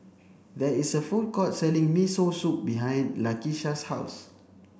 there is a food court selling Miso Soup behind Lakisha's house